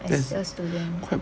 as a student